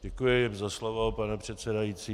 Děkuji za slovo, pane předsedající.